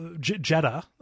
Jetta